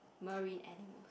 marine animal